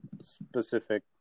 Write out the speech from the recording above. specific